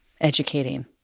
educating